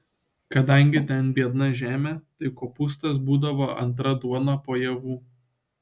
kadangi ten biedna žemė tai kopūstas būdavo antra duona po javų